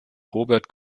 robert